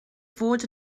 fod